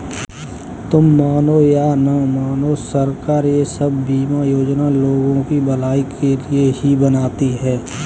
तुम मानो या न मानो, सरकार ये सब बीमा योजनाएं लोगों की भलाई के लिए ही बनाती है